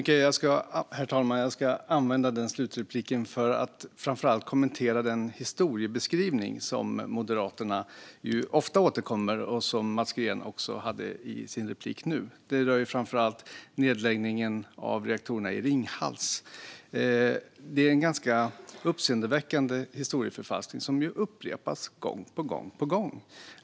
Herr talman! Jag ska använda denna slutreplik för att framför allt kommentera den historieskrivning som Moderaterna ju ofta återkommer till. Mats Green tog upp den i sin replik nu. Det rör framför allt nedläggningen av reaktorerna i Ringhals. Det är en ganska uppseendeväckande historieförfalskning som upprepas gång på gång.